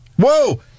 whoa